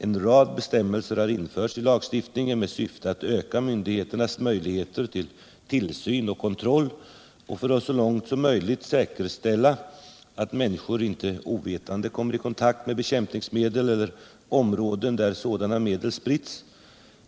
En rad bestämmelser har införts i lagstiftningen med syfte att öka myndigheternas möjligheter till tillsyn och kontroll och för att så långt möjligt säkerställa att människor inte ovetande kommer i kontakt med bekämpningsmedel eller områden där sådana medel spritts.